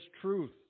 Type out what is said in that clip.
truth